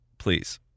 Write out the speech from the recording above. please